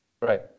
right